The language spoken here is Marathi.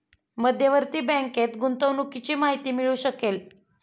मध्यवर्ती बँकेत गुंतवणुकीची माहिती मिळू शकेल